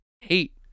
hate